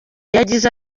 yagize